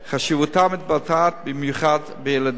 חשיבותה מתבטאת במיוחד בילדים.